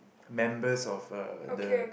members of uh the